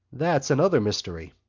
that's another mystery.